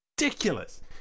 ridiculous